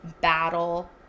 battle